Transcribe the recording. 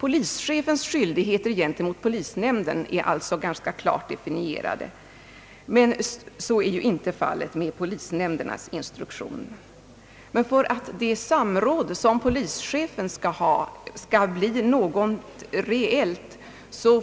Polischefens skyldigheter gentemot polisnämnden är alltså ganska klart definierade, men instruktionen för polisnämnden är inte lika klar. För att samrådet mellan polischefen och nämnden skall bli reellt